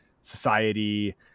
society